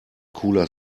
cooler